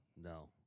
No